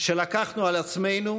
שלקחנו על עצמנו,